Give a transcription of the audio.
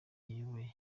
ayoboye